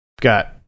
got